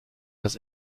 das